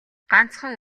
ганцхан